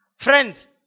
Friends